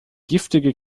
giftige